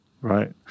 Right